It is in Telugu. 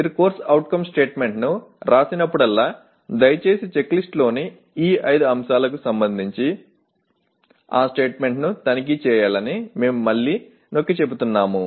మీరు CO స్టేట్మెంట్ను వ్రాసినప్పుడల్లా దయచేసి చెక్లిస్ట్లోని ఈ 5 అంశాలకు సంబంధించి ఆ స్టేట్మెంట్ను తనిఖీ చేయాలని మేము మళ్లీ నొక్కిచెబుతున్నాము